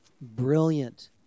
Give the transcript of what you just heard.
Brilliant